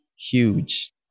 huge